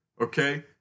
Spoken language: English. Okay